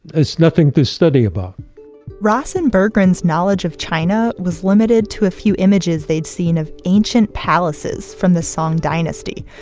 it's nothing to study about ross and burgren's knowledge of china was limited to a few images they'd seen of ancient palaces from the song dynasty,